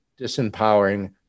disempowering